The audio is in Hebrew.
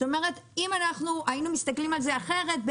אם היינו מסתכלים על זה אחרת,